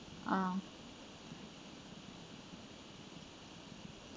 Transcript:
ah